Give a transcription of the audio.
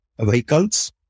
vehicles